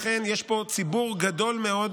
לכן יש פה ציבור גדול מאוד